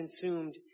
consumed